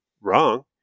wrong